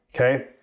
okay